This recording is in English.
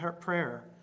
prayer